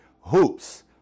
Hoops